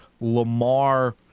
Lamar